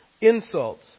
insults